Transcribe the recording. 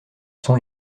sont